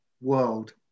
world